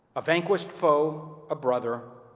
a vanquished foe a brother